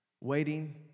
waiting